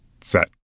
set